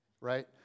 right